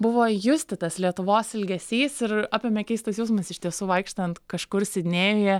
buvo justi tas lietuvos ilgesys ir apėmė keistas jausmas iš tiesų vaikštant kažkur sidnėjuje